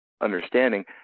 understanding